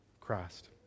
Christ